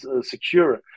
secure